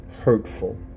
hurtful